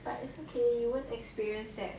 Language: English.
but it's okay you won't experience that